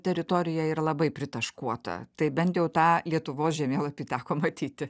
teritorija yra labai pritaškuota tai bent jau tą lietuvos žemėlapį teko matyti